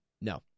No